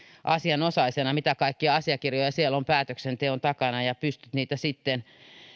asianosaisena mitä kaikkia asiakirjoja siellä on päätöksenteon takana ja pystyt niitä sitten